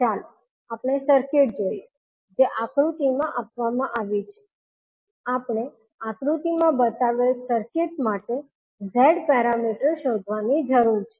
ચાલો આપણે સર્કિટ જોઈએ જે આકૃતિમાં આપવામાં આવી છે આપણે આકૃતિમાં બતાવેલ સર્કિટ માટે Z પેરામીટર્સ શોધવાની જરૂર છે